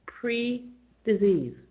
pre-disease